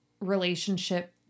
relationship